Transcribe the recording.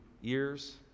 years